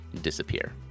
disappear